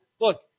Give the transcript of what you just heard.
look